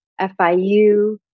FIU